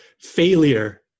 failure